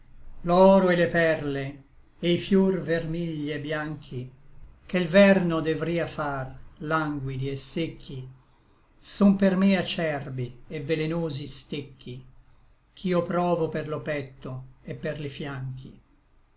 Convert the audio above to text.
l'oro et le perle e i fior vermigli e i bianchi che l verno devria far languidi et secchi son per me acerbi et velenosi stecchi ch'io provo per lo petto et per li fianchi